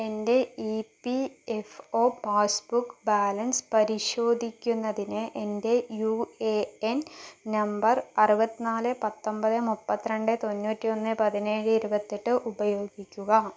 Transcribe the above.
എൻ്റെ E P F O passbook balance പരിശോധിക്കുന്നതിന് എൻ്റെ യു എ എൻ നമ്പർ അറുപത്തിനാല് പത്തൊൻപത് മുപ്പത്തി രണ്ട് തൊണ്ണൂറ്റിയൊന്ന് പതിനേഴ് ഇരുപത്തെട്ട് ഉപയോഗിക്കുക